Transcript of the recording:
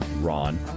Ron